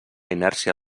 inèrcia